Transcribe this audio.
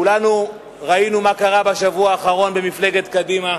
כולנו ראינו מה קרה בשבוע האחרון במפלגת קדימה,